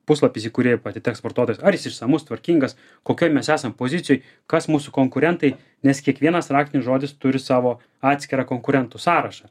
puslapis į kurį atiteks vartotojas ar jis išsamus tvarkingas kokioj mes esam pozicijoj kas mūsų konkurentai nes kiekvienas raktinis žodis turi savo atskirą konkurentų sąrašą